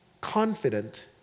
confident